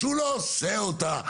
שהוא לא עושה אותה,